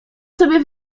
sobie